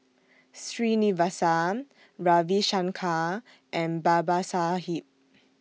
Srinivasa Ravi Shankar and Babasaheb